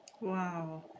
Wow